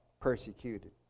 persecuted